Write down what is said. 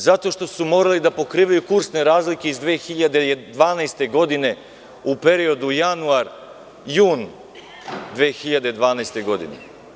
Zato što su morali da pokrivaju kursne razlike iz 2012. godine u periodu januar-jun 2012. godine.